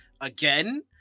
again